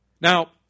Now